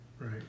right